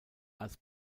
als